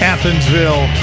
Athensville